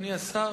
אדוני השר,